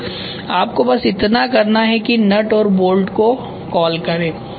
तो आपको बस इतना करना है कि नट और बोल्ट को कॉल करें